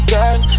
Girl